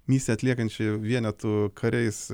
misiją atliekančių vienetų kariais